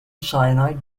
cyanide